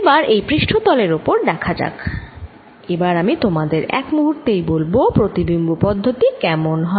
এবার এই পৃষ্ঠ তলের ওপর দেখা যাক এবার আমি তোমাদের এক মুহূর্তেই বলব প্রতিবিম্ব পদ্ধতি কেমন হয়